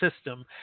system